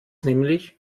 nämlich